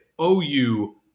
OU